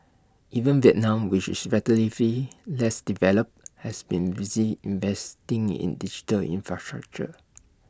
even Vietnam which is relatively less developed has been busy investing in digital infrastructure